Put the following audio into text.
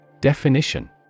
Definition